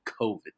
COVID